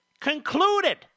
concluded